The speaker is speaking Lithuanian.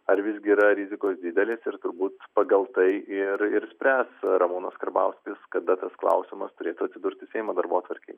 ar visgi yra rizikos didelės ir turbūt pagal tai ir ir spręs ramūnas karbauskis kada tas klausimas turėtų atsidurti seimo darbotvarkėj